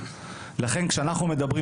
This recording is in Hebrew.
לכן כשאנחנו מדברים,